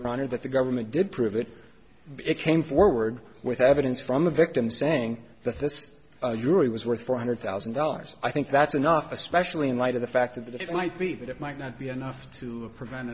or that the government did prove it it came forward with evidence from the victim saying that this jury was worth four hundred thousand dollars i think that's enough especially in light of the fact that it might be that it might not be enough to prevent a